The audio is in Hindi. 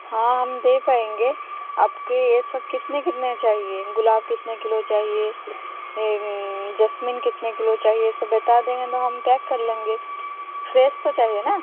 हाँ हम दे पाएंगे आपके ये सब कितने कितने चाहिए गुलाब कितने किलो चाहिए जेसमीन कितने किलो चाहिए सब बता देंगे तो हम पैक कर लेंगे फ्रेस तो चाहिए न